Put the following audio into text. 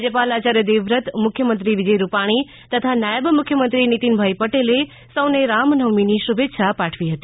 રાજ્યપાલ આચાર્ય દેવ વ્રત મુખ્યમંત્રી વિજય રૂપાણી તથા નાયબ મુખ્યમંત્રી નિતિનભાઈ પટેલે સૌ ને રામનવમીની શુભેચ્છા પાઠવી હતી